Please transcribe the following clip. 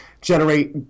generate